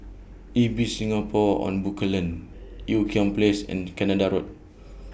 Ibis Singapore on Bencoolen Ean Kiam Place and Canada Road